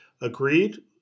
agreed